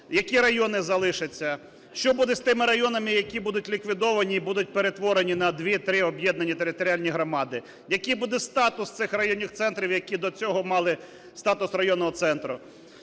Які райони залишаться? Що буде з тими районами, які будуть ліквідовані і будуть перетворені на дві-три об'єднані територіальні громади? Який буде статус цих районних центрів, які до цього мали статус районного центру?